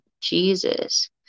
jesus